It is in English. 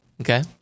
okay